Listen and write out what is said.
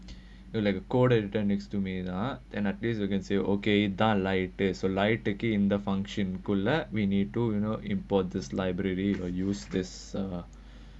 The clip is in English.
like a coded done next to me lah then place you can say okay done like later so it's like in the function in code lah we need to you know import this library or used these